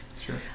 Sure